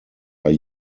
are